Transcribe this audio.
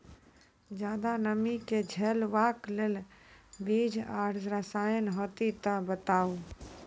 ज्यादा नमी के झेलवाक लेल बीज आर रसायन होति तऽ बताऊ?